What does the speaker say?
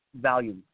value